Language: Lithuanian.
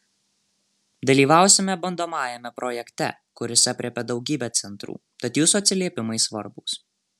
dalyvausime bandomajame projekte kuris aprėpia daugybę centrų tad jūsų atsiliepimai svarbūs